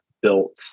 built